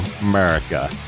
America